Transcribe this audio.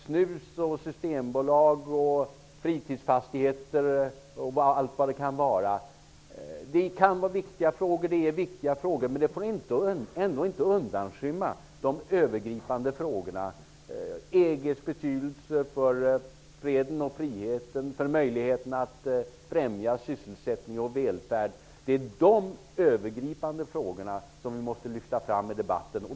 Snus, systembolag, fritidsfastigheter osv. är viktiga frågor, men de får inte undanskymma de övergripande frågorna. Det gäller t.ex. EG:s betydelse för freden och friheten och möjligheten att främja sysselsättning och välfärd. Det är de övergripande frågorna som vi måste lyfta fram i debatten.